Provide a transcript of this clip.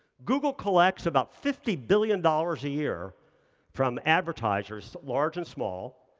google collects about fifty billion dollars a year from advertisers, large and small,